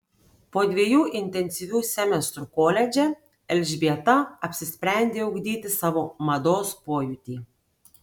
po dviejų intensyvių semestrų koledže elžbieta apsisprendė ugdyti savo mados pojūtį